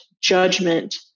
judgment